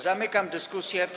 Zamykam dyskusję.